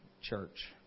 church